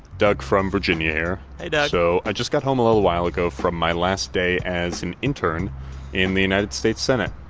doug from virginia here hey, doug so i just got home a little while ago from my last day as an intern in the united states senate.